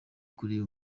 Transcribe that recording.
kuri